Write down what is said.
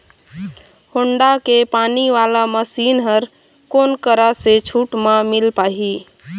Honda के पानी वाला मशीन हर कोन करा से छूट म मिल पाही?